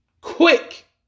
Quick